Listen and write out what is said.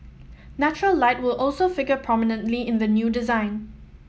natural light will also figure prominently in the new design